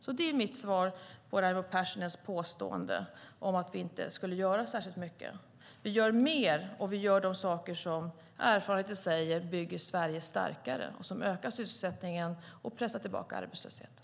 Det är mitt svar på Raimo Pärssinens påstående om att vi inte skulle göra särskilt mycket. Vi gör mer, och vi gör de saker som erfarenheter säger bygger Sverige starkare och som ökar sysselsättningen och pressar tillbaka arbetslösheten.